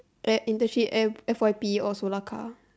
at internship at f_y_p or solar car